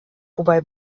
wobei